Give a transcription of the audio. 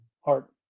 heart